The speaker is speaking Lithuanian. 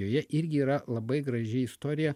joje irgi yra labai graži istorija